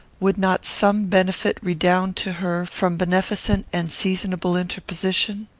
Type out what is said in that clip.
would not some benefit redound to her from beneficent and seasonable interposition?